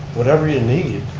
whatever you need.